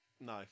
No